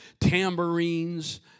tambourines